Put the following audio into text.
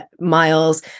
miles